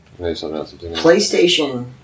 PlayStation